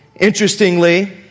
Interestingly